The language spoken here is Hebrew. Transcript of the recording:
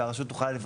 והרשות תוכל,